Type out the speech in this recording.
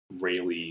Rayleigh